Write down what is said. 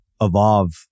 evolve